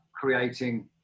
creating